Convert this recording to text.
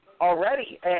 already